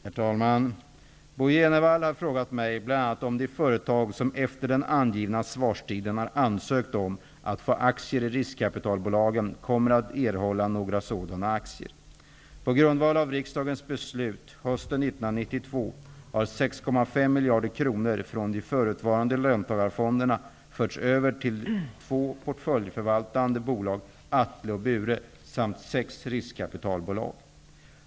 Herr talman! Bo Jenevall har frågat mig bl.a. om de företag som efter den angivna svarstiden har ansökt om att få aktier i riskkapitalbolagen kommer att erhålla några sådana aktier. 6,5 miljarder kronor från de förutvarande löntagarfonderna förts över till två portföljförvaltande bolag, Atle och Bure, samt sex riskkapitalbolag.